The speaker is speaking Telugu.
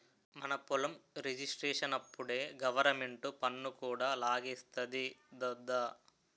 మన పొలం రిజిస్ట్రేషనప్పుడే గవరమెంటు పన్ను కూడా లాగేస్తాది దద్దా